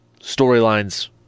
storylines